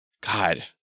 god